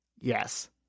Yes